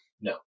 No